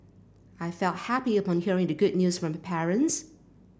I felt happy upon hearing the good news from my parents